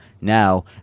Now